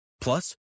Plus